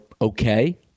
okay